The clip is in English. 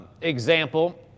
example